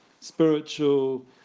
spiritual